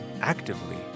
actively